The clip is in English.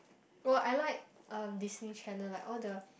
oh I like uh Disney channel like all the